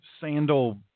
sandal